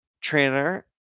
trainer